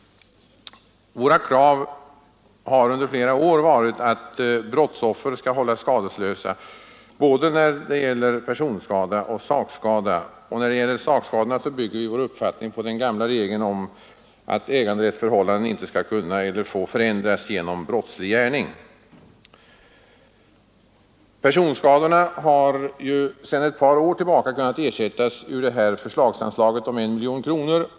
Våra krav har under flera år varit att brottsoffer skall hållas skadeslösa när det gäller både personskada och sakskada. När det gäller sakskadorna bygger vi vår uppfattning på den gamla regeln att äganderättsförhållanden inte skall kunna eller få förändras genom brottslig gärning. Personskadorna har ju sedan ett par år tillbaka kunnat ersättas ur förslagsanslaget om 1 miljon kronor.